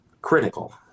critical